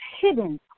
hidden